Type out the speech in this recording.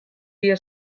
dia